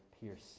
pierce